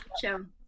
Sure